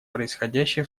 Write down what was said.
происходящие